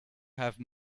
have